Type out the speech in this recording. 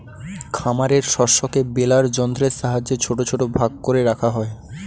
খামারের শস্যকে বেলার যন্ত্রের সাহায্যে ছোট ছোট ভাগ করে রাখা হয়